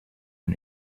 own